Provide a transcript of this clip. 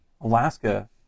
Alaska